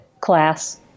class